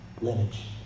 lineage